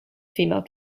female